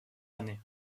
années